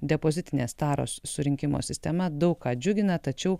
depozitinės taros surinkimo sistema daug ką džiugina tačiau